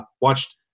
watched